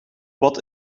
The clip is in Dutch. wat